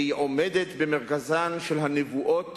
והיא עומדת במרכזן של הנבואות